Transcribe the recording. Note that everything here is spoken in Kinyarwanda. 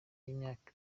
y’imyaka